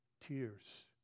tears